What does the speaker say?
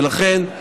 ולכן,